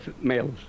males